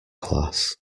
class